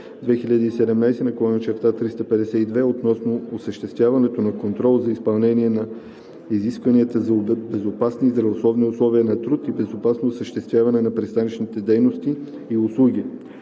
2017/352 – относно осъществяването на контрол за изпълнение на изискванията за безопасни и здравословни условия на труд и безопасно осъществяване на пристанищните дейности и услуги;